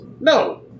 No